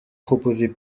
proposés